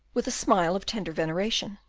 with a smile of tender veneration.